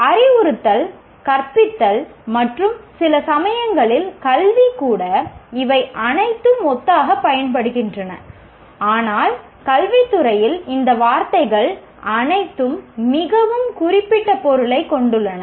அறிவுறுத்தல் கற்பித்தல் மற்றும் சில சமயங்களில் கல்வி கூட இவை அனைத்தும் ஒத்ததாகப் பயன்படுத்தப்படுகின்றன ஆனால் கல்வித் துறையில் இந்த வார்த்தைகள் அனைத்தும் மிகவும் குறிப்பிட்ட பொருளைக் கொண்டுள்ளன